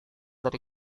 dari